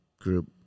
group